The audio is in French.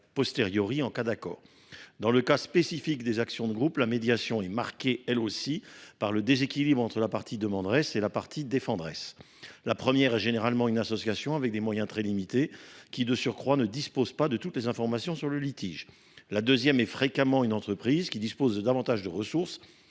qu’, en cas d’accord. Dans le cas spécifique des actions de groupe, la médiation est marquée, elle aussi, par le déséquilibre entre la partie demanderesse et la partie défenderesse. La première est généralement une association, dotée de moyens très limités, qui, de surcroît, ne dispose pas de toutes les informations sur le litige. La seconde est fréquemment une entreprise qui dispose de davantage de ressources